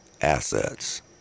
assets